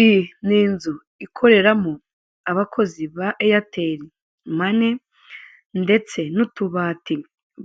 Iyi ni inzu ikoreramo abakozi ba eyateri mani ndetse n'utubati